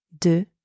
de